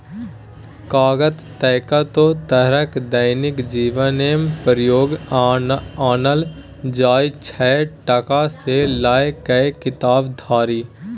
कागत कतेको तरहक दैनिक जीबनमे प्रयोग आनल जाइ छै टका सँ लए कए किताब धरि